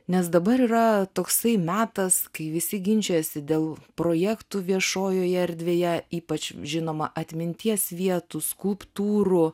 nes dabar yra toksai metas kai visi ginčijasi dėl projektų viešojoje erdvėje ypač žinoma atminties vietų skulptūrų